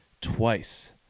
twice